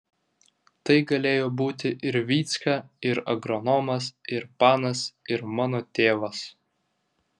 tai galėjo būti ir vycka ir agronomas ir panas ir mano tėvas